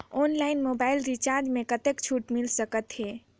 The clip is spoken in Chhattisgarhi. ऑनलाइन मोबाइल रिचार्ज मे कतेक छूट मिल सकत हे?